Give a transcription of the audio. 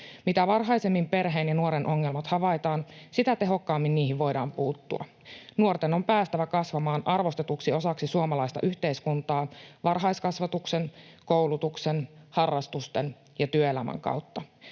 Mitä varhaisemmin perheen ja nuoren ongelmat havaitaan, sitä tehokkaammin niihin voidaan puuttua. Nuorten on päästävä kasvamaan arvostetuksi osaksi suomalaista yhteiskuntaa varhaiskasvatuksen, koulutuksen, harrastusten ja työelämän kautta.